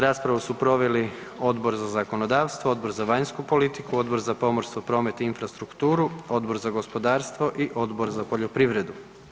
Raspravu su proveli Odbor za zakonodavstvo, Odbor za vanjsku politiku, Odbor za pomorstvo, promet i infrastrukturu, Odbor za gospodarstvo i Odbor za poljoprivredu.